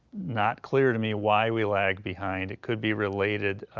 not clear to me why we lag behind. it could be related